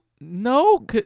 no